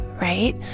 right